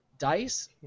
Dice